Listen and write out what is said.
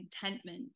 contentment